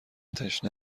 تشنه